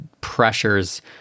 pressures